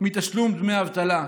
תשלום דמי האבטלה.